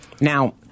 Now